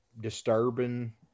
disturbing